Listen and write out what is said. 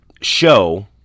show